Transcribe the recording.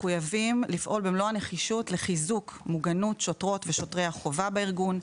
מחויבים לפעול במלוא הנחישות לחיזוק מוגנות שוטרות ושוטרי החובה בארגון,